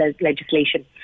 legislation